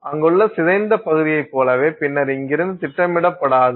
அங்குள்ள சிதைந்த பகுதியைப் போலவே பின்னர் இங்கிருந்து திட்டமிடப்படாதது